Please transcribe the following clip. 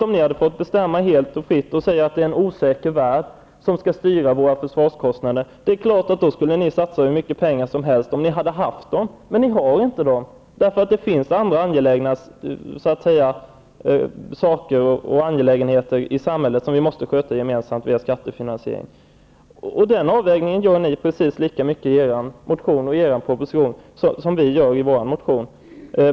Om ni hade fått bestämma helt fritt och säga att det är en osäker värld som skall styra våra försvarskostnader, skulle ni ha satsat hur mycket pengar som helst, om ni hade haft dem. Men ni har inte de pengarna. Det finns andra angelägenheter i samhället som vi måste sköta gemensamt via skattefinansiering. Den avvägningen gör ni i propositionen och i motioner precis lika mycket som vi gör den i vår motion.